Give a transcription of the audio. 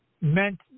meant